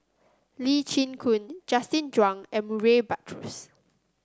Lee Chin Koon Justin Zhuang and Murray Buttrose